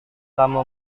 kamu